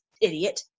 Idiot